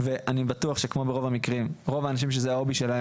ואני בטוח שרוב האנשים שזה ההובי שלהם